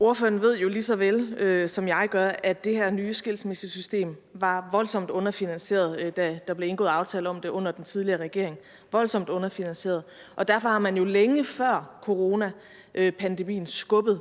Ordføreren ved jo lige så vel, som jeg gør, at det her nye skilsmissesystem var voldsomt underfinansieret, da der blev indgået aftale om det under den tidligere regering – voldsomt underfinansieret. Derfor har man jo længe, også før coronapandemien, skubbet